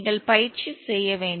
நீங்கள் பயிற்சி செய்ய வேண்டும்